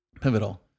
Pivotal